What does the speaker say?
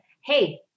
hey